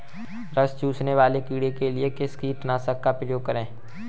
रस चूसने वाले कीड़े के लिए किस कीटनाशक का प्रयोग करें?